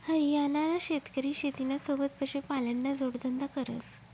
हरियाणाना शेतकरी शेतीना सोबत पशुपालनना जोडधंदा करस